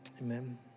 amen